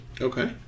Okay